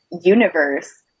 universe